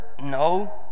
No